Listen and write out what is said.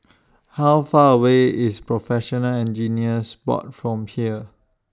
How Far away IS Professional Engineers Board from here